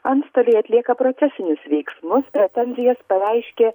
antstoliai atlieka procesinius veiksmus pretenzijas pareiškė